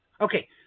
Okay